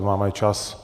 Máme čas.